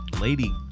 lady